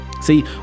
See